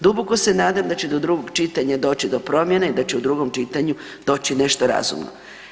Duboko se nadam da će do drugog čitanja doći do promjena i da će u drugom čitanju doći nešto razumno.